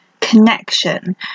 connection